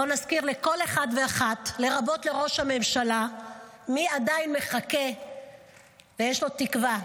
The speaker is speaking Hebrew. בואו נזכיר לכל אחד ואחת לרבות לראש הממשלה מי עדיין מחכה ויש לו תקווה.